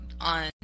on